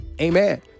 Amen